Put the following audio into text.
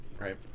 Right